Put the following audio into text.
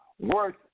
worth